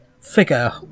figure